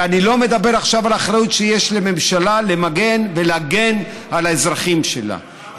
ואני לא מדבר עכשיו על האחריות שיש לממשלה למגן ולהגן על האזרחים שלה,